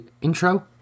intro